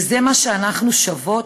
וזה מה שאנחנו שוות?